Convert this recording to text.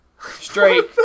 Straight